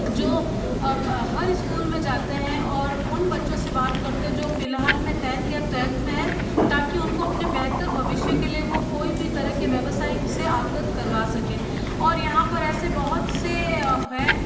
जो अब हर स्कूल में जाते हैं और उन बच्चों से बात करते जो फ़िलहाल में टेन्थ या ट्वेल्व में हैं ताकि उनको अपने बेहतर भविष्य के लिए वह कोई भी तरह के व्यावसायिक से अवगत करवा सकें और यहाँ पर ऐसे बहुत से हैं